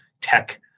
tech